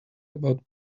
about